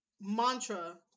mantra